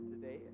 today